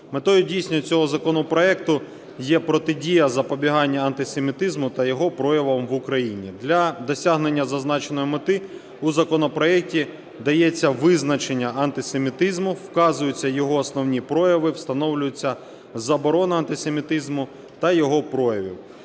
Метою дійсно цього законопроекту є протидія запобіганню антисемітизму та його проявам в Україні. Для досягнення зазначеної мети у законопроекті дається визначення антисемітизму, вказуються його основні прояви, встановлюється заборона антисемітизму та його проявів.